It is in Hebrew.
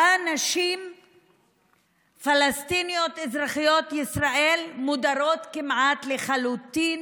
שבה נשים פלסטיניות אזרחיות ישראל מודרות כמעט לחלוטין